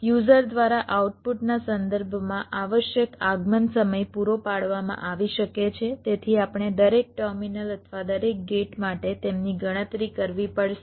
user દ્વારા આઉટપુટના સંદર્ભમાં આવશ્યક આગમન સમય પૂરો પાડવામાં આવી શકે છે તેથી આપણે દરેક ટર્મિનલ અથવા દરેક ગેટ માટે તેમની ગણતરી કરવી પડશે